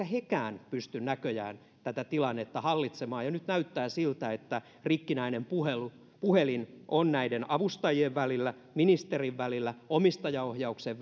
hekään pysty näköjään tätä tilannetta hallitsemaan ja nyt näyttää siltä että rikkinäinen puhelin on näiden avustajien välillä ministerin välillä omistajaohjauksen